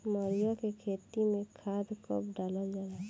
मरुआ के खेती में खाद कब डालल जाला?